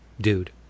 dude